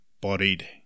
bodied